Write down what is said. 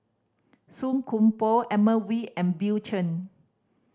Song Koon Poh Edmund Wee and Bill Chen